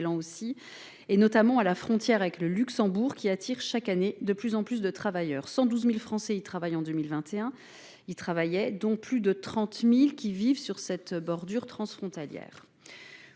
et notamment à la frontière avec le Luxembourg qui attire chaque année de plus en plus de travailleurs sans-12.000 Français y travaillent en 2021, il travaillait dont plus de 30.000 qui vivent sur cette bordure transfrontalière.